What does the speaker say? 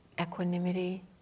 equanimity